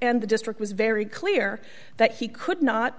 and the district was very clear that he could not